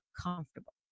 comfortable